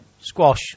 squash